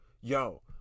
Yo